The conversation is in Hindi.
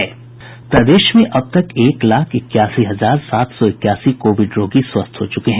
प्रदेश में अब तक एक लाख इक्यासी हजार सात सौ इक्यासी कोविड रोगी स्वस्थ हो चूके हैं